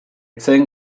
zen